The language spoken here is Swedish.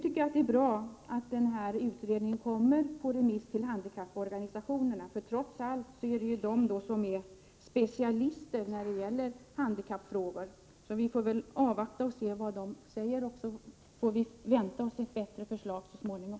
Det är bra att utredningen kommer på remiss till handikapporganisationerna, för trots allt är det ju de som är specialister när det gäller handikappfrågor. Vi får väl avvakta vad de säger, och sedan får vi vänta oss ett bättre förslag så småningom.